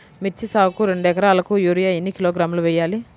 మిర్చి సాగుకు రెండు ఏకరాలకు యూరియా ఏన్ని కిలోగ్రాములు వేయాలి?